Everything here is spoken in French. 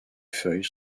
feuilles